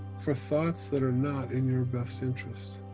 for thoughts that are not in your best interest.